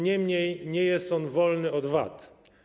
Niemniej nie jest on wolny od wad.